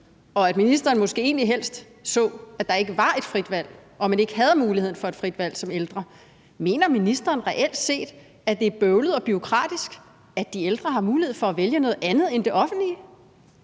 og at ministeren måske egentlig helst så, at der ikke var et frit valg, og at man ikke som ældre havde mulighed for at have et frit valg. Mener ministeren reelt set, at det er bøvlet og bureaukratisk, at de ældre har mulighed for at vælge noget andet end det offentlige?